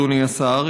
אדוני השר,